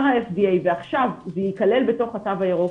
ה-FDA ועכשיו זה ייכלל בתוך התו הירוק,